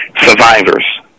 survivors